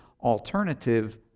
alternative